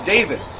David